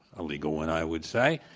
a legal one, i would say,